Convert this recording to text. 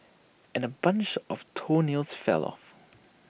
and A bunch of toenails fell off